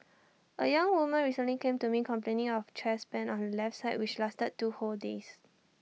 A young woman recently came to me complaining of chest pain on her left side which lasted two whole days